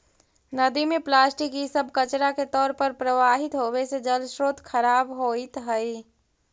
नदि में प्लास्टिक इ सब कचड़ा के तौर पर प्रवाहित होवे से जलस्रोत खराब होइत हई